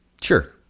Sure